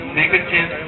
negative